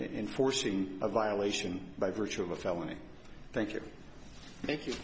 in forcing a violation by virtue of a felony thank you thank you